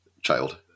child